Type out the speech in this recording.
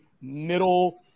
middle